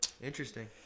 Interesting